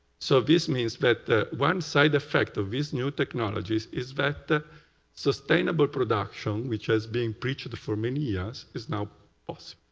so this means that that one side effect of these new technologies is that that sustainable production, which has been breached for many years, is now possible.